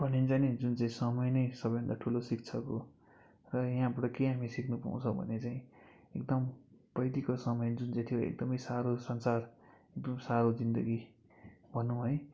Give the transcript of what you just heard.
भनिन्छ नि जुन चाहिँ समय नै सबैभन्दा ठुलो शिक्षक हो र यहाँबाट के हामी सिक्न पाउँछ भने चाहिँ एकदम पहिलाको समय जुन चाहिँ थियो एकदमै साह्रो संसार एकदमै साह्रो जिन्दगी भनौँ है